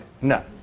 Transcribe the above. No